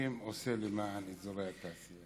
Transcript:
הכספים עושה למען אזורי התעשייה?